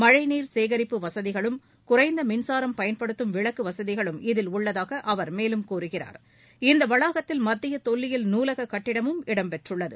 மழைநீர் சேகரிப்பு வசதிகளும் குறைந்த மின்சாரம் பயன்படுத்தும் விளக்கு வசதிகளும் இதில் உள்ளதாக அவர் மேலும் கூறுகிறார் இந்த வளாகத்தில் மத்திய தொல்லியல் நூலக கட்டிடமும் இடம்பெற்றுள்ளது